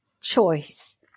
choice